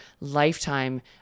lifetime